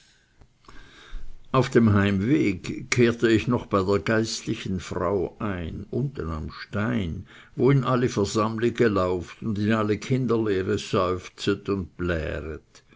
auf dem heimweg kehrte ich noch bei der geistlichen frau ein unten am stein wo in alli versammlige lauft und in alle kinderlehre seufzet und